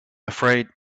afraid